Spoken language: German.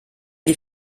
die